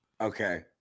okay